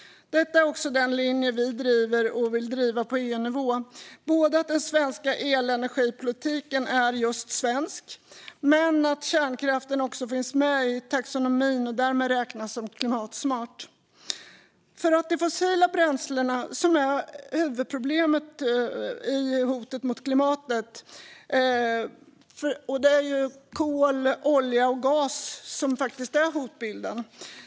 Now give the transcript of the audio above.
Detta är också den linje som vi driver och vill driva på EU-nivå, både att den svenska elenergipolitiken är just svensk och att kärnkraften också finns med i taxonomin och därmed räknas som klimatsmart. Det är de fossila bränslena som är huvudproblemet i hotet mot klimatet - olja, kol och gas. Det är faktiskt dessa bränslen som utgör hotbilden.